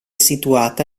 situata